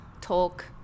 talk